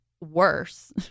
worse